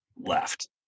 left